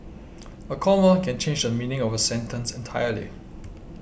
a comma can change the meaning of a sentence entirely